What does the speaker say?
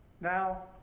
Now